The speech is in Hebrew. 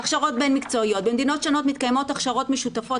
הכשרות בין-מקצועיות: במדינות שונות מתקיימות הכשרות משותפות